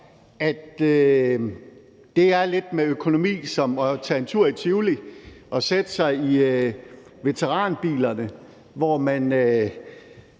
at det lidt er med økonomi som at tage en tur i Tivoli og sætte sig i veteranbilerne, hvor man